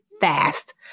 fast